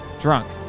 drunk